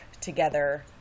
together